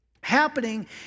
happening